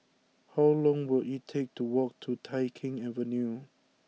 how long will it take to walk to Tai Keng Avenue